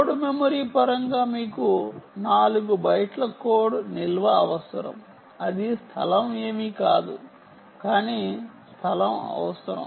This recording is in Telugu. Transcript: కోడ్ మెమరీ పరంగా మీకు 4 బైట్ల కోడ్ నిల్వ అవసరం అది స్థలం ఏమీ కాదు కానీ స్థలం అవసరం